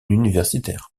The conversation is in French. universitaire